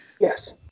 Yes